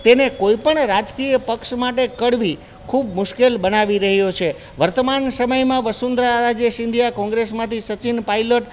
તેને કોઈ પણ રાજકીય પક્ષ માટે કરવી ખૂબ મુશ્કેલ બનાવી રહ્યો છે વર્તમાન સમયમાં વસુંધરા રાજ્ય સિંધિયા કોંગ્રસમાંથી સચિન પાઇલોટ